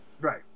Right